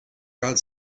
around